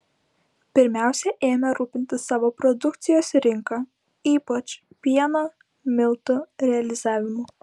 pirmiausia ėmė rūpintis savo produkcijos rinka ypač pieno miltų realizavimu